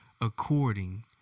according